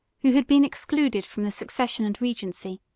who had been excluded from the succession and regency,